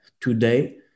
today